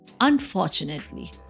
Unfortunately